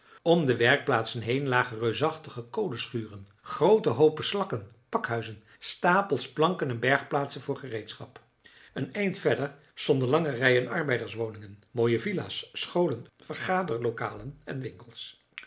om de werkplaatsen heen lagen reusachtige kolenschuren groote hoopen slakken pakhuizen stapels planken en bergplaatsen voor gereedschap een eind verder stonden lange rijen arbeiderswoningen mooie villa's scholen vergaderlokalen en winkels